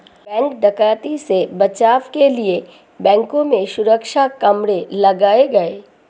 bank डकैती से बचाव के लिए बैंकों में सुरक्षा कैमरे लगाये गये